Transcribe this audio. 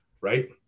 right